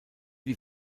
die